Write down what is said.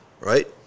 right